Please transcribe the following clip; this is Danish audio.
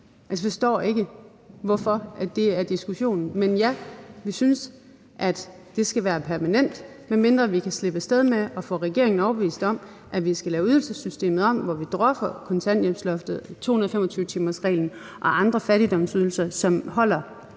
Jeg forstår ikke, hvorfor det er diskussionen. Men ja, vi synes, at det skal være permanent, medmindre vi kan slippe af sted med at få regeringen overbevist om, at vi skal lave ydelsessystemet om, sådan at vi dropper kontanthjælpsloftet og 225-timersreglen og andre fattigdomsydelser, som holder